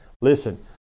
listen